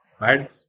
right